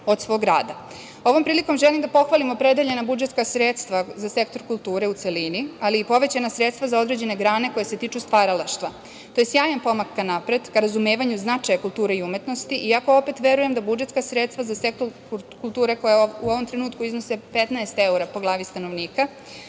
od svog rada. Ovom prilikom želim da pohvalim opredeljena budžetska sredstva za sektor kulture u celini, ali i povećana sredstva za određene grane koje se tiču stvaralaštva. To je sjajan pomak ka napred, ka razumevanju značaja kulture i umetnosti i ako opet verujem da budžetska sredstva za sektor kulture koja u ovom trenutku iznose 15 evra po glavi stanovnika,